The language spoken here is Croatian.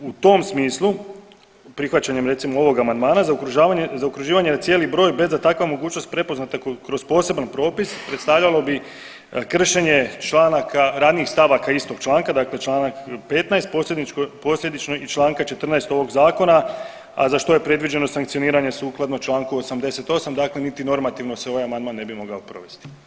U tom smislu, prihvaćanjem, recimo, ovog amandmana, zaokruživanje na cijeli broj bez da takva mogućnost prepoznata kroz poseban propis, predstavljalo bi kršenje članaka ranijih stavaka isto članka, dakle čl. 15, posljedično i čl. 14 ovog Zakona, a za što je predviđeno sankcioniranje sukladno čl. 88, dakle niti normativno se ovaj amandman ne bi mogao provesti.